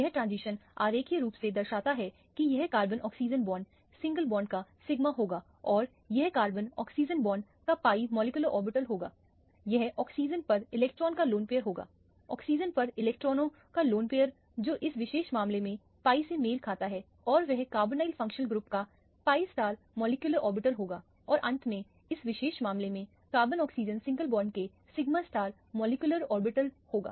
यह ट्रांजिशन आरेखीय रूप से दर्शाया जाता है की यह carbon oxygen bond single bond का सिगमा होगा और यह कार्बन ऑक्सीजन बॉन्ड का pi मॉलिक्यूलर ऑर्बिटल होगा और यह ऑक्सीजन पर इलेक्ट्रॉन का लोन पैयर होगा ऑक्सीजन पर इलेक्ट्रॉनों का लोन पैयर जो इस विशेष मामले में pi से मेल खाता है और यह कार्बोनिल फंक्शनल ग्रुप का pi मॉलिक्यूलर ऑर्बिटल होगा और अंत में इस विशेष मामले में कार्बन ऑक्सीजन सिंगल बॉन्ड के सिग्मा मॉलिक्यूलर ऑर्बिटल होगा